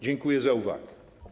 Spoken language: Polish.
Dziękuję za uwagę.